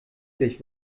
sich